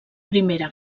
primera